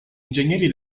ingegneri